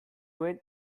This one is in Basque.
nuen